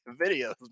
videos